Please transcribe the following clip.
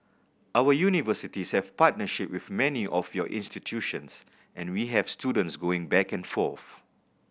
our universities have partnership with many of your institutions and we have students going back and forth